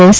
S